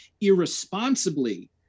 irresponsibly